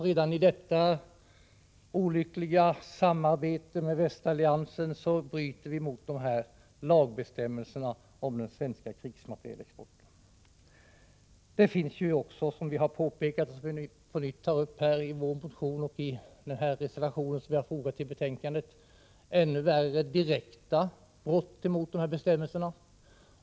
Redan i detta olyckliga samarbete med västalliansen bryter vi mot lagbestämmelserna om den svenska krigsmaterielexporten. Som vi har påpekat i vår motion och också tagit upp i den reservation vi har fogat till betänkandet finns det ännu värre direkta brott mot dessa bestämmelser.